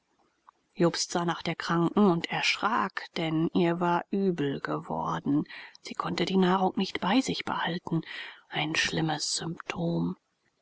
jobst sah nach der kranken und erschrak denn ihr war übel geworden sie konnte die nahrung nicht bei sich behalten ein schlimmes